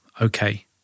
okay